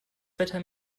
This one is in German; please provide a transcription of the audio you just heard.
wetter